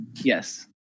Yes